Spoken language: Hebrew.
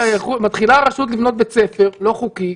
מתחילה הרשות לבנות בית ספר לא חוקי,